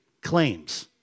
claims